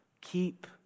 keep